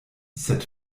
sed